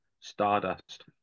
Stardust